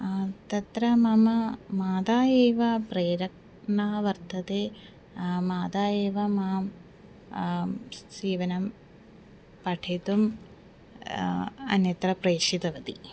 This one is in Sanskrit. तत्र मम माता एव प्रेरणा वर्तते माता एव मां सीवनं पठितुम् अन्यत्र प्रेषितवती